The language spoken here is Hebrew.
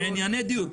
בענייני דיור,